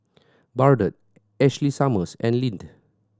Bardot Ashley Summers and Lindt